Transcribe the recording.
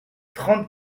trente